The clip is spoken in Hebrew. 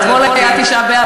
אתמול היה תשעה באב,